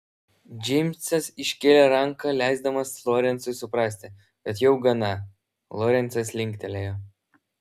džeimsas iškėlė ranką leisdamas lorencui suprasti kad jau gana lorencas linktelėjo